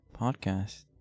podcast